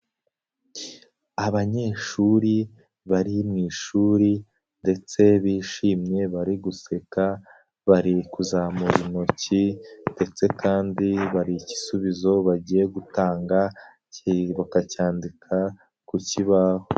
Abanyeshuri bari mu ishuri ndetse bishimye bari guseka bari kuzamura intoki ndetse kandi hari igisubizo bagiye gutanga ki bakacyandika ku kibaho.